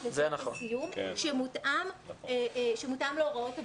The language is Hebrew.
לטקסי סיום שמותאמים להוראות הבריאות.